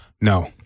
no